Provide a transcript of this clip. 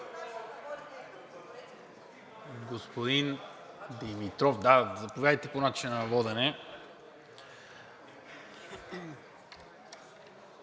Господин Димитров, заповядайте по начина на водене.